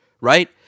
Right